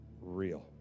real